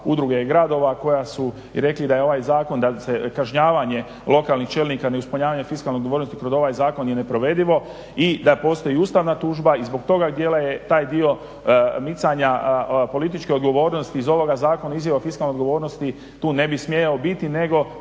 udruga i gradova koja su i rekli da je ovaj zakon, da se kažnjavanje lokalnih čelnika neispunjavanje fiskalne odgovornosti kroz ovaj zakon je neprovedivo i da postoji ustavna tužba. I zbog toga dijela je taj dio micanja političke odgovornosti iz ovoga zakona, izjava o fiskalnoj odgovornosti tu ne bi smjeo biti, nego